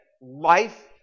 Life